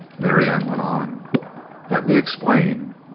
marianne went on let me explain.